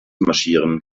marschieren